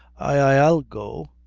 i'll go,